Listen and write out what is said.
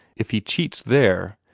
if he cheats there,